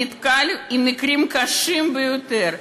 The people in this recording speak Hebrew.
נתקל במקרים קשים ביותר.